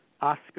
Oscar